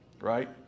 Right